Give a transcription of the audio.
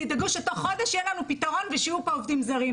תדאגו שתוך חודש יהיה לנו פתרון ושיהיו פה עובדים זרים,